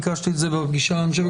ביקשתי את זה, אני חושב, בפגישה הקודמת.